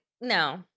No